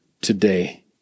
today